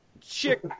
chick